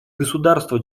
государства